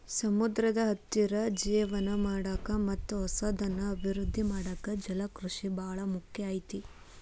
ಸಮುದ್ರದ ಹತ್ತಿರ ಜೇವನ ಮಾಡಾಕ ಮತ್ತ್ ಹೊಸದನ್ನ ಅಭಿವೃದ್ದಿ ಮಾಡಾಕ ಜಲಕೃಷಿ ಬಾಳ ಮುಖ್ಯ ಐತಿ